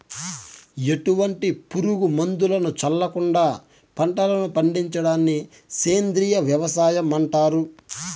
ఎటువంటి పురుగు మందులను చల్లకుండ పంటలను పండించడాన్ని సేంద్రీయ వ్యవసాయం అంటారు